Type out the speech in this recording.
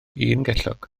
ungellog